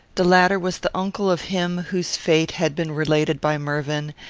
the latter was the uncle of him whose fate had been related by mervyn,